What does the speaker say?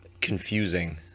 Confusing